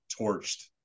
torched